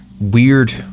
weird